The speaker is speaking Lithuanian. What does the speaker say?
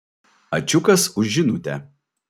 ačiukas už žinutę